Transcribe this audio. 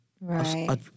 Right